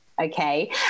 Okay